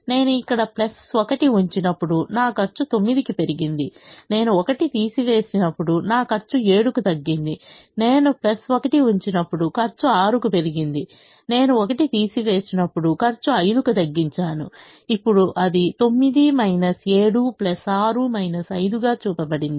నేను ఇక్కడ 1 ఉంచినప్పుడు నా ఖర్చు 9 కి పెరిగింది నేను 1 తీసివేసినప్పుడు నా ఖర్చు 7 కు తగ్గింది నేను 1 ఉంచినప్పుడు ఖర్చు 6 కు పెరిగింది నేను 1 తీసివేసినప్పుడు 5 ఖర్చు తగ్గించాను ఇప్పుడు అది 9 7 6 5 గా చూపబడింది